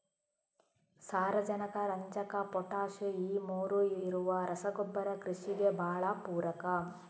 ಸಾರಾಜನಕ, ರಂಜಕ, ಪೊಟಾಷ್ ಈ ಮೂರೂ ಇರುವ ರಸಗೊಬ್ಬರ ಕೃಷಿಗೆ ಭಾಳ ಪೂರಕ